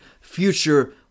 Future